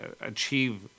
achieve